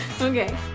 Okay